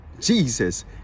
Jesus